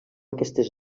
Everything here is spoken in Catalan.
aquestes